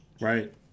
right